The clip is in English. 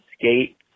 skate